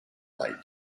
light